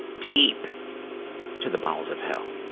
deep to the bowels of hell.